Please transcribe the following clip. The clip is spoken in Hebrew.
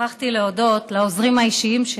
שכחתי להודות לעוזרים האישיים שלי,